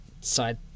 side